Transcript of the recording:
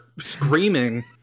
screaming